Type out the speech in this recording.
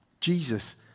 Jesus